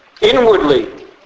Inwardly